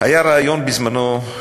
היה רעיון, בזמנו,